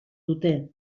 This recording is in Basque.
dute